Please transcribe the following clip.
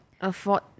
afford